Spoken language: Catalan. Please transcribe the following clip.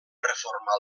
reformar